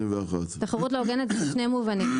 התחרות לא הוגנת בשני מובנים,